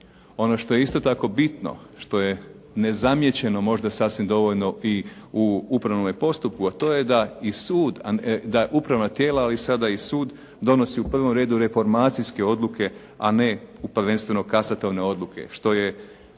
Ono što je isto tako bitno, što je nezamijećeno možda sasvim dovoljno u upravnome postupku, a to je da upravna tijela ali sada i sud, donosi u prvom redu reformacijske odluke, a ne prvenstveno kasatovne odluke, što je